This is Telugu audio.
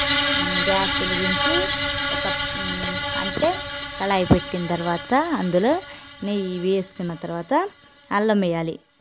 గ్యాస్ వెలిగించి ఒక అంటే కళాయి పెట్టిన తర్వాత అందులో నెయ్యి వేసుకున్న తర్వాత అల్లం వెయ్యాలి